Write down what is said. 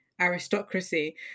aristocracy